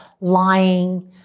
lying